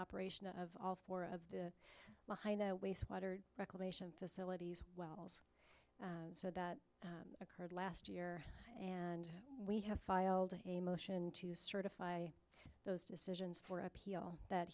operation of all four of the waste water reclamation facilities so that occurred last year and we have filed a motion to certify those decisions for appeal that